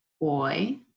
boy